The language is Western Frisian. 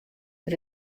der